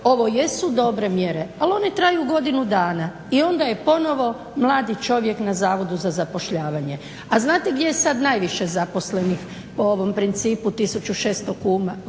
ovo jesu dobre mjere, ali one traju godinu dana. I onda je ponovno mladi čovjek na Zavodu za zapošljavanje. A znate gdje je sad najviše zaposlenih po ovom principu 1600 kuna?